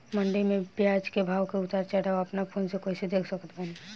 मंडी मे प्याज के भाव के उतार चढ़ाव अपना फोन से कइसे देख सकत बानी?